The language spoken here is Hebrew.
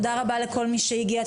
תודה רבה לכל מי שהגיע,